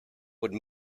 would